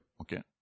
Okay